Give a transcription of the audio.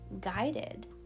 guided